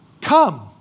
Come